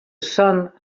sun